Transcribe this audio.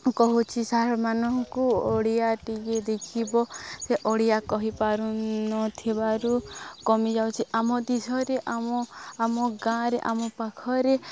କହୁଛି ସାର୍ମାନଙ୍କୁ ଓଡ଼ିଆ ଟିକେ ଦେଖିବ ସେ ଓଡ଼ିଆ କହିପାରୁନଥିବାରୁ କମିଯାଉଛି ଆମ ଦେଶରେ ଆମ ଆମ ଗାଁରେ ଆମ ପାଖରେ